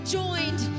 joined